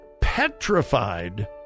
petrified